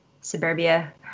suburbia